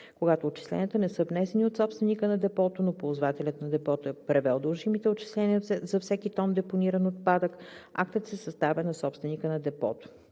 Когато отчисленията не са внесени от собственика на депото, но ползвателят на депото е превел дължимите отчисления за всеки тон депониран отпадък, актът се съставя на собственика на депото.“